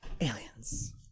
Aliens